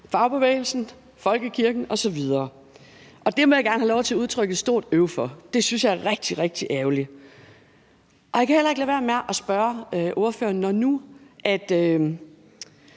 fagbevægelsen, folkekirken osv. Det vil jeg gerne have lov til at udtrykke et stort øv over. Det synes jeg er rigtig, rigtig ærgerligt. Og jeg kan heller ikke lade være med at spørge ordføreren: Når nu